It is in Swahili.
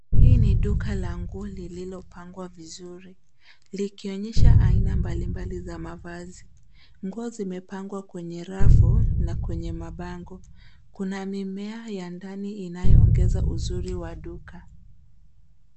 Hii ni duka la nguo lililo pangwa vizuri likionyesha aina mbali mbali za mavazi. Nguo zimepangwa kwenye rafu na kwenye mabango. Kuna mimea ya ndani inayoongeza uzuri wa duka.